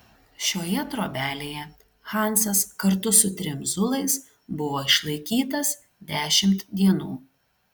šioje trobelėje hansas kartu su trim zulais buvo išlaikytas dešimt dienų